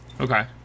Okay